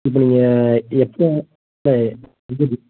இப்போ நீங்கள் எப்போ இல்லை